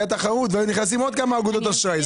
הייתה תחרות והיו נכנסות עוד כמה אגודות אשראי.